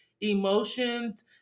emotions